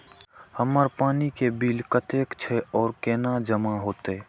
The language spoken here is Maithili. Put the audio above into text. हमर पानी के बिल कतेक छे और केना जमा होते?